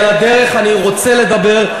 כי על הדרך אני רוצה לדבר,